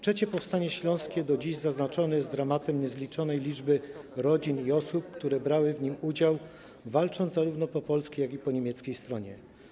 III powstanie śląskie do dziś naznaczone jest dramatem niezliczonej liczby rodzin i osób, które brały w nim udział, walcząc zarówno po polskiej, jak i po niemieckiej stronie.